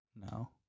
No